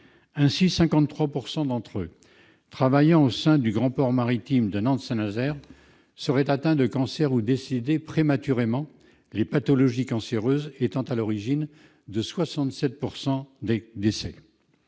Ainsi, 53 % des dockers travaillant au sein du Grand Port Maritime de Nantes Saint-Nazaire seraient atteints de cancers ou décédés prématurément, les pathologies cancéreuses étant à l'origine de 67 % des décès.